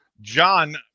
john